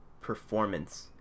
performance